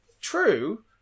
True